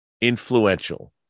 influential